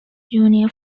junior